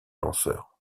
lanceur